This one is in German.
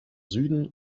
süden